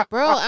Bro